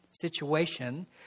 situation